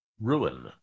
ruin